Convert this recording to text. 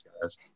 guys